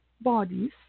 bodies